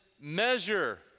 measure